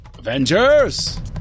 Avengers